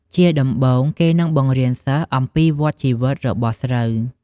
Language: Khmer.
ជាដំបូង គេនឹងបង្រៀនសិស្សអំពីវដ្តជីវិតរបស់ស្រូវ។